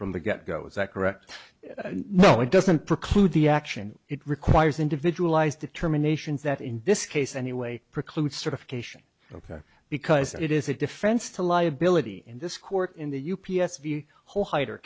from the get go is that correct no it doesn't preclude the action it requires individualized determinations that in this case anyway preclude certification ok because it is a defense to liability in this court in the u p s view whole hide